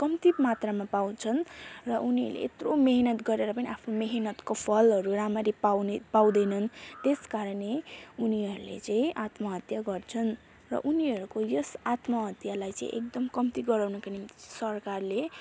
कम्ती मात्रामा पाउँछन् र उनीहरूले यत्रो मिहिनेत गरेर पनि आफ्नो मिहिनेतको फलहरू राम्ररी पाउने पाउँदैनन् त्यस कारणले उनीहरूले चाहिँ आत्महत्या गर्छन् र उनीहरूको यस आत्महत्यालाई चाहिँ एकदम कम्ती गराउँनुको निम्ति चाहिँ सरकारले